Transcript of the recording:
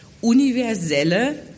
universelle